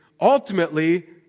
ultimately